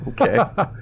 Okay